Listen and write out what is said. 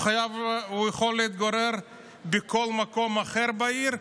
הוא יכול להתגורר בכל מקום אחר בעיר,